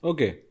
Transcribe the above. Okay